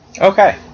Okay